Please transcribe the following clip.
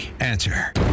Answer